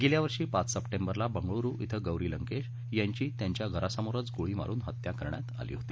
गेल्या वर्षी पाच सप्टेंबरला बंगळूरू येथे गौरी लंकेश यांची त्यांच्या घरासमोरच गोळी मारुन हत्या करण्यात आली होती